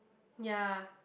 ya